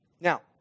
Now